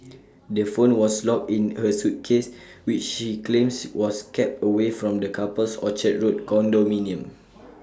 the phone was locked in her suitcase which she claims was kept away from the couple's Orchard road condominium